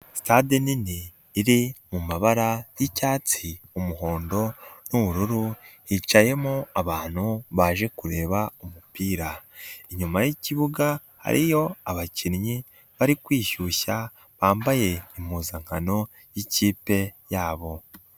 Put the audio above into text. Sitade nini iri mu mabara y'icyatsi, umuhondo n'ubururu hicayemo abantu baje kureba umupira, inyuma y'ikibuga hariyo abakinnyi bari kwishyushya bambaye impuzankano y'ikipe yabo.